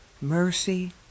mercy